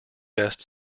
best